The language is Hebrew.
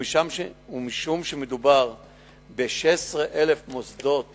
ומשום שמדובר ב-16,000 מוסדות